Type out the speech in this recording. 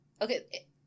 Okay